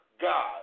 God